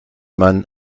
man